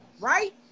right